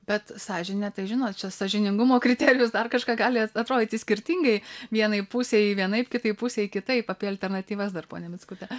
bet sąžinė tai žinot čia sąžiningumo kriterijus dar kažką gali atrodyti skirtingai vienai pusei vienaip kitai pusei kitaip apie alternatyvas dar ponia mickute